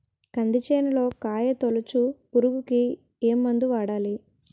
కంది చేనులో కాయతోలుచు పురుగుకి ఏ మందు వాడాలి?